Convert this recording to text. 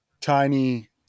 tiny